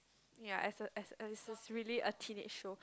yea as a as as a really a teenage show